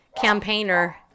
campaigner